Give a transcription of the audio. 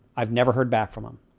i've never heard back from them,